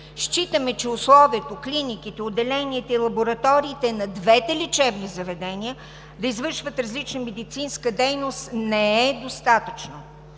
Считаме, че условието клиниките, отделенията и лабораториите на двете лечебни заведения да извършват различна медицинска дейност не е достатъчно.